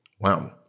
Wow